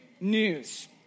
news